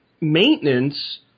maintenance